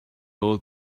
old